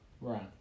Right